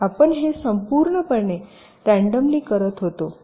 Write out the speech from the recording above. आपण हे संपूर्णपणे रँडम ली करत होते